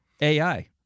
AI